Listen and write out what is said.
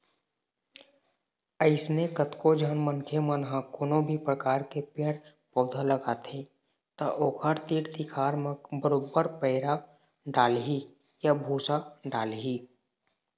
अइसने कतको झन मनखे मन ह कोनो भी परकार के पेड़ पउधा लगाथे त ओखर तीर तिखार म बरोबर पैरा डालही या भूसा डालही